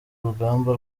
urugamba